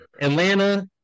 Atlanta